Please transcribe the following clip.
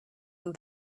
and